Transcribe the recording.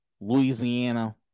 Louisiana